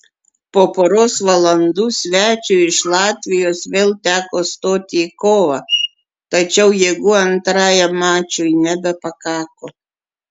po poros valandų svečiui iš latvijos vėl teko stoti į kovą tačiau jėgų antrajam mačui nebepakako